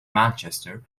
manchester